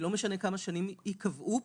לא משנה כמה שנים ייקבעו כאן,